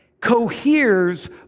coheres